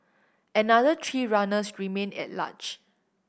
another three runners remain at large